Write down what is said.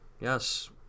Yes